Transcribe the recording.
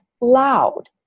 loud